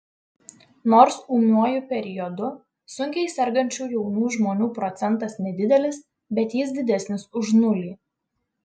nors ūmiuoju periodu sunkiai sergančių jaunų žmonių procentas nedidelis bet jis didesnis už nulį